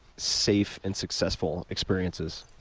safe and successful experiences?